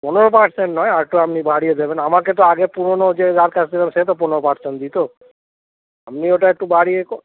পনেরো পার্সেন্ট নয় আর একটু আপনি বাড়িয়ে দেবেন আমাকে তো আগে পুরনো যে যার কাছ থেকে নিতাম সে তো পনেরো পার্সেন্ট দিত আপনি ওটা একটু বাড়িয়ে কো